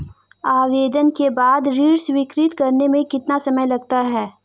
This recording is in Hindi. आवेदन के बाद ऋण स्वीकृत करने में कितना समय लगता है?